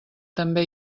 també